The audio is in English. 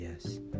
yes